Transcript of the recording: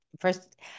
first